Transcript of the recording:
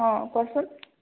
অঁ কওচোন